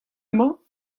emañ